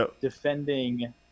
defending